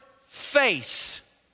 face